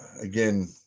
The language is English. Again